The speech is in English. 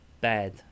bad